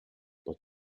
but